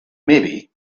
maybe